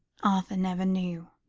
arthur never knew.